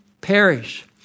perish